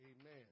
Amen